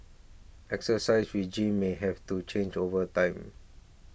exercise regimens may have to change over time